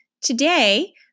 Today